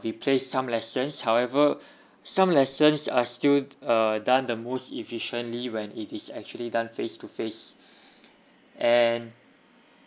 replace some lessons however some lessons are still uh done the most efficiently when it is actually done face to face and